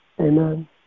Amen